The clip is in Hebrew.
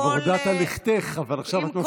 כבר הודעת על לכתך, אבל עכשיו את מפריעה.